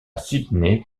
sydney